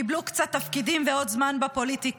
קיבלו קצת תפקידים ועוד זמן בפוליטיקה,